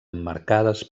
emmarcades